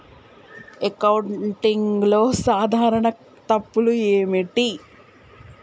అకౌంటింగ్లో సాధారణ తప్పులు ఏమిటి?